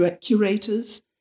curators